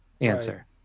answer